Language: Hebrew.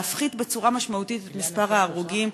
להפחית בצורה משמעותית את מספר ההרוגים,